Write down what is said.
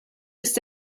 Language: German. ist